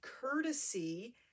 courtesy